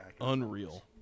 unreal